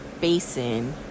basin